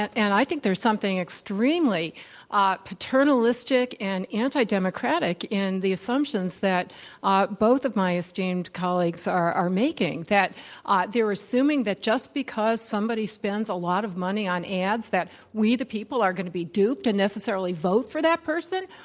and i think there's something extremely paternalistic and antidemocratic in the assumptions that ah both of my esteemed colleagues are are making, that ah they're assuming that just because somebody spends a lot of money on ads that we the people are going to be duped and necessarily vote for that person?